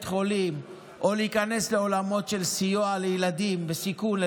חולים או להיכנס לעולמות של סיוע לילדים בסיכון,